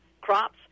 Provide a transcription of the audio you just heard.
crops